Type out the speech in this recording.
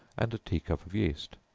and a tea-cup of yeast.